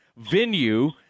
venue